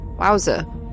wowza